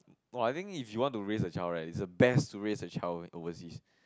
no I think if you want to raise a child right is the best to raise a child overseas